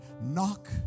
Knock